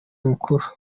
mukuru